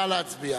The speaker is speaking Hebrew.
נא להצביע.